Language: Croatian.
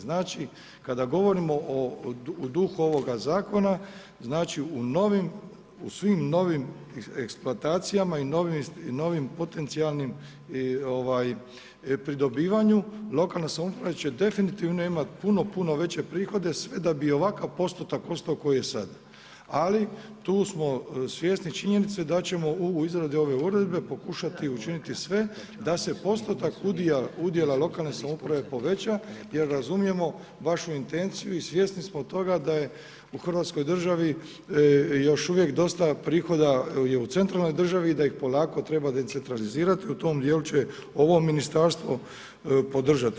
Znači kada govorimo u duhu ovoga zakona, znači u novim, u svim novim eksploatacijama i novim potencijalnim i pridobivanju, lokalna samouprava će definitivno imat puno, puno veće prihode, sve da bi i ovakav postotak ostao koji je sada, ali tu smo svjesni činjenice da ćemo u izradi ove uredbe pokušati učiniti sve da se postotak udjela lokalne samouprave poveća, jer razumijemo vašu intenciju i svjesni smo toga da je u Hrvatskoj državi još uvijek dosta prihoda je u centralnoj državi i da ih polako treba decentralizirat i u tom djelu će ovo ministarstvo podržati.